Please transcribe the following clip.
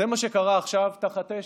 זה מה שקרה עכשיו תחת אש?